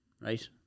right